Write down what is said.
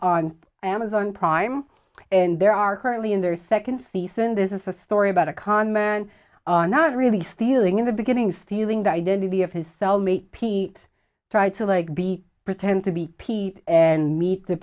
on amazon prime and there are currently in their second season this is a story about a con man not really stealing in the beginning stealing the identity of his cellmate pete tried to like be pretend to be pete and meet the